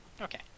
Okay